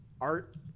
art